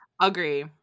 agree